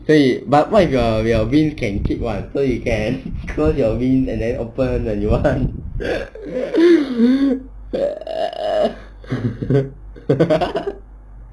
所以 but what if you are your wings can keep [one] so you can close your wings and then open when you want